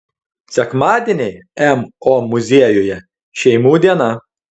sekmadieniai mo muziejuje šeimų diena